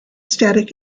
static